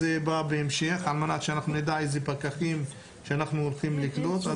זה בא בהמשך על מנת שאנחנו נדע איזה פקחים אנחנו הולכים לקלוט.